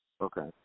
Okay